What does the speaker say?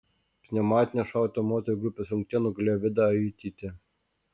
pneumatinio šautuvo moterų grupės rungtyje nugalėjo vida ajutytė